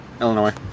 Illinois